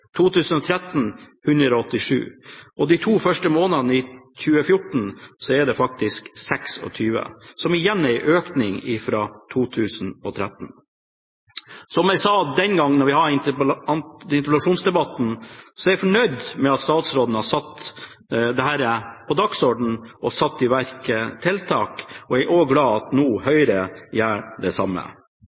2014 er det faktisk 26 – som igjen er en økning fra 2013. Som jeg sa da vi hadde interpellasjonsdebatten, så er jeg fornøyd med at statsråden har satt dette på dagsordenen, og har satt i verk tiltak, og jeg er også glad for at Høyre nå gjør det samme.